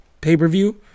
pay-per-view